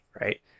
right